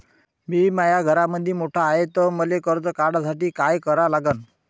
मी माया घरामंदी मोठा हाय त मले कर्ज काढासाठी काय करा लागन?